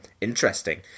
interesting